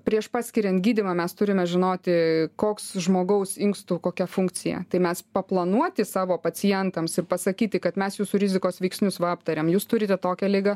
prieš paskiriant gydymą mes turime žinoti koks žmogaus inkstų kokia funkcija tai mes paplanuoti savo pacientams ir pasakyti kad mes jūsų rizikos veiksnius va aptarėm jūs turite tokią ligą